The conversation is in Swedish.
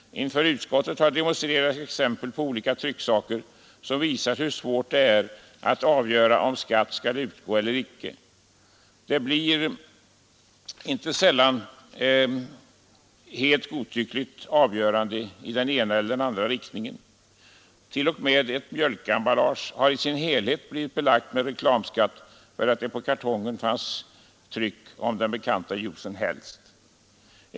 Inför utskottet har demonstrerats exempel på olika trycksaker som visat hur svårt det är att avgöra om skatt skall utgå eller icke. Det blir inte sällan ett helt godtyckligt avgörande i ena eller andra riktningen. T. o. m. ett mjölkemballage har i sin helhet blivit belagt med reklamskatt därför att det på kartongen fanns ett tryck om den bekanta juicen Helst.